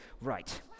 Right